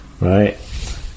right